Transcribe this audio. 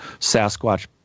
Sasquatch